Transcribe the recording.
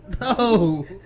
No